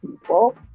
people